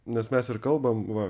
nes mes ir kalbam va